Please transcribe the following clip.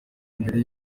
mbere